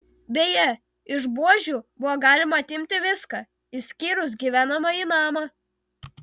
beje iš buožių buvo galima atimti viską išskyrus gyvenamąjį namą